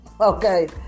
Okay